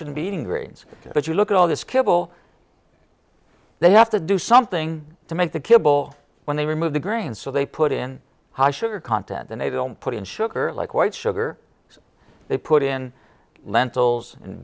shouldn't be eating grains but you look at all this kibble they have to do something to make the kibble when they remove the grain so they put in high sugar content and they don't put in sugar like white sugar they put in lentils and